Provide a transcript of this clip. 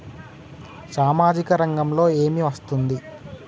సామాజిక రంగంలో ఏమి వస్తుంది?